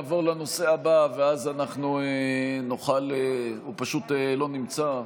לנושא הבא, הוא פשוט לא נמצא.